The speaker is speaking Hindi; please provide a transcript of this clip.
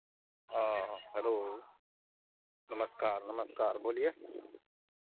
हाँ हेलो नमस्कार नमस्कार बोलिए